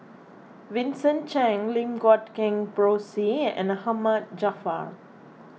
Vincent Cheng Lim Guat Kheng Rosie and Ahmad Jaafar